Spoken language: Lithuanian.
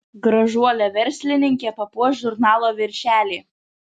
gražuolė verslininkė papuoš žurnalo viršelį